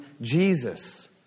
Jesus